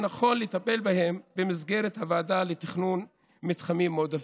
נכון לטפל בהם במסגרת הוועדה לתכנון מתחמים מועדפים.